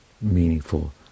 meaningful